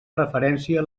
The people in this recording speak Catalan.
referència